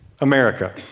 America